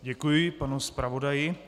Děkuji panu zpravodaji.